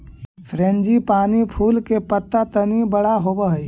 frangipani फूल के पत्त्ता तनी बड़ा होवऽ हई